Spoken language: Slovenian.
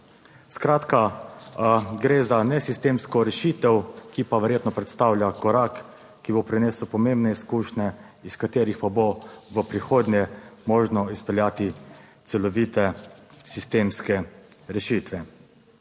Skratka, gre za nesistemsko rešitev, ki pa verjetno predstavlja korak, ki bo prinesel pomembne izkušnje, iz katerih pa bo v prihodnje možno izpeljati celovite sistemske rešitve.